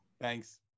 Thanks